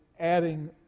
adding